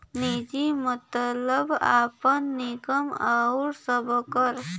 निजी मतलब आपन, निगम आउर सबकर